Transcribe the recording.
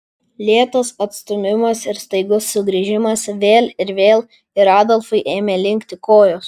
lėtas atstūmimas ir staigus sugrįžimas vėl ir vėl ir adolfui ėmė linkti kojos